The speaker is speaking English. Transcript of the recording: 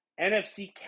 NFC